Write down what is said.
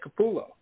capullo